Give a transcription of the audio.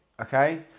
okay